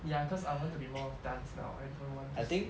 ya cause I want to be more of dance now I don't want to sing